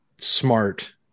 smart